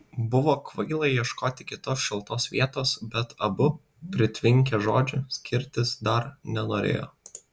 buvo kvaila ieškoti kitos šiltos vietos bet abu pritvinkę žodžių skirtis dar nenorėjo